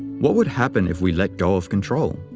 what would happen if we let go of control?